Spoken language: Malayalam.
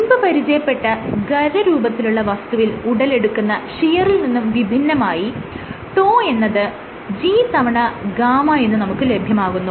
മുൻപ് പരിചയപ്പെട്ട ഖരരൂപത്തിലുള്ള വസ്തുവിൽ ഉടലെടുക്കുന്ന ഷിയറിൽ നിന്നും വിഭിന്നമായി τ എന്നത് G തവണ γ എന്ന് നമുക്ക് ലഭ്യമാകുന്നു